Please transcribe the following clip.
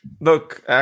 look